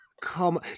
come